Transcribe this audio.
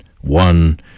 one